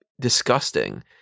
disgusting